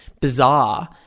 bizarre